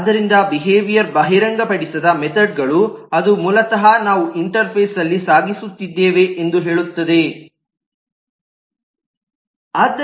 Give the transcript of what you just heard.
ಆದ್ದರಿಂದ ಬಿಹೇವಿಯರ್ ಬಹಿರಂಗಪಡಿಸಿದ ಮೆಥೆಡ್ ಗಳು ಅದು ಮೂಲತಃ ನಾವು ಇಂಟರ್ಫೇಸ್ಅಲ್ಲಿ ಸಾಗಿಸುತ್ತಿದ್ದೇವೆ ಎಂದು ಹೇಳುತ್ತೇವೆ